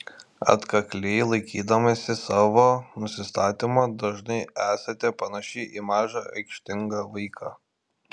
atkakliai laikydamasi savo nusistatymo dažnai esate panaši į mažą aikštingą vaiką